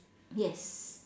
yes